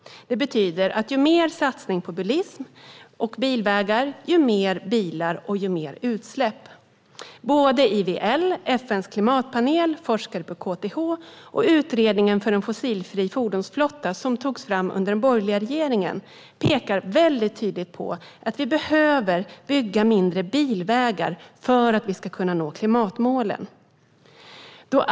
Det betyder att ju mer satsningar man gör på bilism och bilvägar, desto mer bilar och utsläpp får man. IVL, FN:s klimatpanel, forskare på KTH och utredningen för en fossiloberoende fordonsflotta, som den borgerliga regeringen tog initiativ till, pekar mycket tydligt på att vi behöver bygga färre bilvägar för att nå klimatmålen.